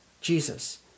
Jesus